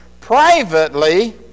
privately